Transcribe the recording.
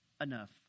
enough